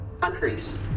countries